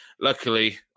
Luckily